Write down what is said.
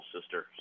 sister